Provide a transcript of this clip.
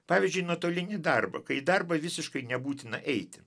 pavyzdžiui nuotolinį darbą kai į darbą visiškai nebūtina eiti